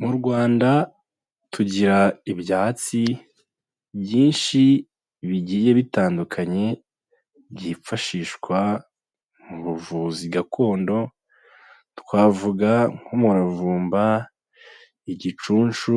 Mu Rwanda tugira ibyatsi byinshi bigiye bitandukanye, byifashishwa mu buvuzi gakondo twavuga nk'umuravumba, igicuncu